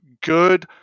good